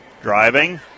Driving